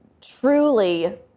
truly